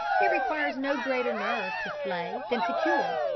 it requires no greater nerve to slay than to cure.